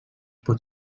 pot